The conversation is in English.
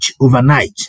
overnight